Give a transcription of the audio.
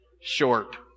Short